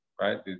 right